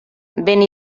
vent